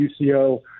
UCO